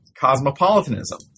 cosmopolitanism